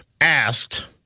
asked